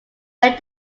met